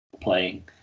playing